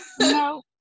No